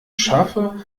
schaffe